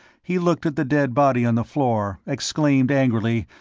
he looked at the dead body on the floor, exclaimed angrily,